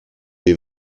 les